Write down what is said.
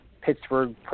Pittsburgh